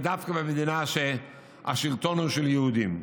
דווקא במדינה שהשלטון בה הוא של יהודים.